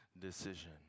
decision